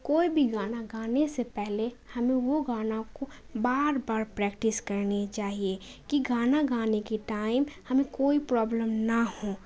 کوئی بھی گانا گانے سے پہلے ہمیں وہ گانا کو بار بار پریکٹس کرنی چاہیے کہ گانا گانے کے ٹائم ہمیں کوئی پرابلم نہ ہو